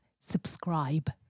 subscribe